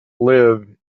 live